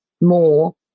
more